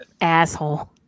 asshole